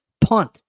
punt